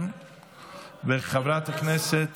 חברת הכנסת